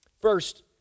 First